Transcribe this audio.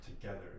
together